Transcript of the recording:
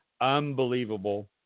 unbelievable